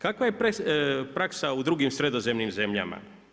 Kakva je praksa u drugim sredozemnim zemljama?